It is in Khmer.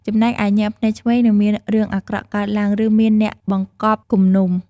ចំណែកឯ ញាក់ភ្នែកឆ្វេង នឹងមានរឿងអាក្រក់កើតឡើង ឬមានអ្នកបង្កប់គំនុំ។